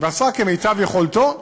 ועשה כמיטב יכולתו,